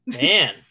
man